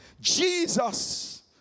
Jesus